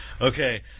Okay